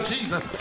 Jesus